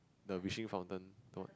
the wishing fountain